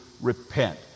repent